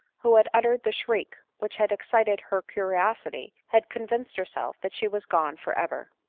who had uttered the shriek which had excited her cariosity, had convinced herself that she was gone for ever.